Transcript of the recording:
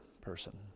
person